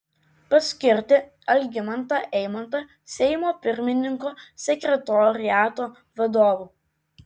paskirti algimantą eimantą seimo pirmininko sekretoriato vadovu